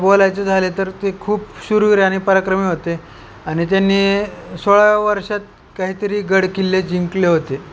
बोलायचे झाले तर ते खूप शूरवीर आणि पराक्रमी होते आणि त्यांनी सोळाव्या वर्षात काहीतरी गडकिल्ले जिंकले होते